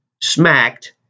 smacked